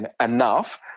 enough